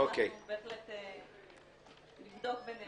בהחלט נבדוק.